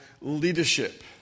leadership